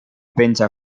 penja